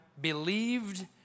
believed